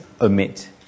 omit